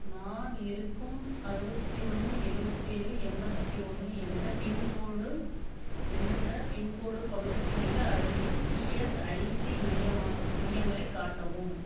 நான் இருக்கும் அறுபத்தி ஒன்று எழுவத்தேலு எண்பத்தி ஒன்று என்ற பின்கோடு என்ற பின்கோடு பகுதிக்கு மிக அருகில் இஎஸ்ஐசி மையம் மையங்களைக் காட்டவும்